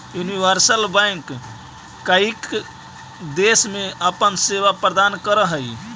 universal bank कईक देश में अपन सेवा प्रदान करऽ हइ